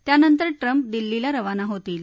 त्यानंतर ट्रम्प दिल्लीला रवाना होतील